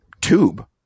tube